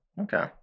okay